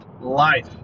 Life